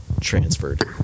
transferred